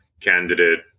candidate